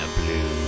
blue